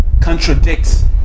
contradicts